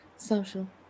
Social